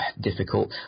difficult